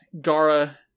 Gara